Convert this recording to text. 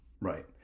Right